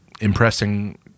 impressing